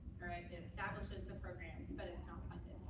right? it establishes the program, but it's not